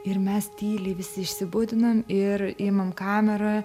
ir mes tyliai visi išsibudinam ir imam kamerą